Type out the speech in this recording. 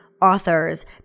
authors